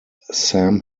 sam